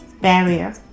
barrier